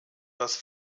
das